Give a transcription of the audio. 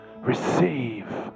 receive